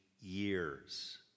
years